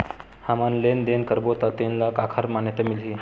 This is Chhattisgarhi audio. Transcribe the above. हमन लेन देन करबो त तेन ल काखर मान्यता मिलही?